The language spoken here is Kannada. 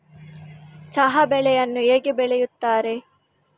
ಚಹಾ ಬೆಳೆಯನ್ನು ಹೇಗೆ ಬೆಳೆಯುತ್ತಾರೆ?